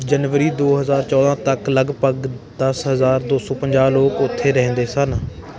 ਜਨਵਰੀ ਦੋ ਹਜ਼ਾਰ ਚੋਦਾਂ ਤੱਕ ਲਗਭਗ ਦਸ ਹਜ਼ਾਰ ਦੋ ਸੋ ਪੰਜਾਹ ਲੋਕ ਉੱਥੇ ਰਹਿੰਦੇ ਸਨ